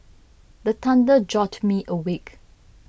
the thunder jolt me awake